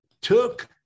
took